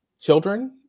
children